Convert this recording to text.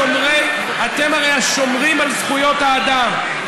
השומרים על זכויות האדם,